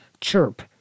chirp